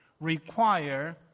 require